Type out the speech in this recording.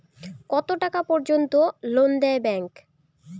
কত টাকা পর্যন্ত লোন দেয় ব্যাংক?